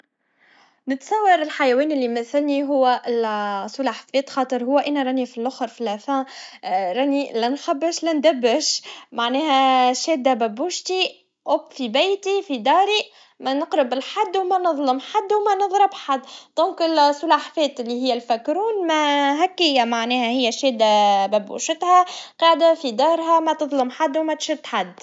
الحيوان اللي يمثلني أفضل هو الكلب. الكلب معروف بالوفاء والمحبة، وأنا نحاول نكون وفِي لأصدقائي وعائلتي. زادة، يحب اللعب والنشاط، وهذا يعكس طبيعتي المرحة.